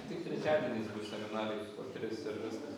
tik trečiadieniais bus seminarai po tris ir viskas